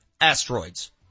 Asteroids